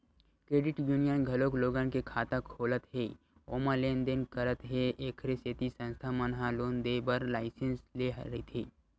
credit union घलोक लोगन के खाता खोलत हे ओमा लेन देन करत हे एखरे सेती संस्था मन ह लोन देय बर लाइसेंस लेय रहिथे